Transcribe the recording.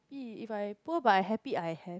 if I pour by happy I have